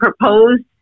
proposed